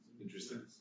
Interesting